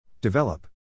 Develop